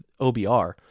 obr